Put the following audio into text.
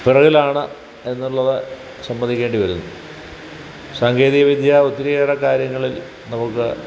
പുറകിലാണ് എന്നുള്ളത് സമ്മതിക്കേണ്ടി വരുന്നു സാങ്കേതിക വിദ്യ ഒത്തിരിയേറെ കാര്യങ്ങളിൽ നമുക്ക്